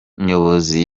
nyobozi